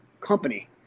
company